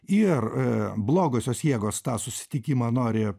ir blogosios jėgos tą susitikimą nori